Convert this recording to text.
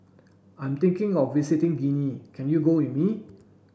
I'm thinking of visiting Guinea can you go with me